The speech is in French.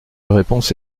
réponse